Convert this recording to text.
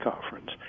Conference